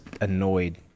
annoyed